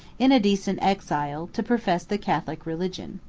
in a decent exile, to profess the catholic religion.